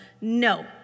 No